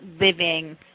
living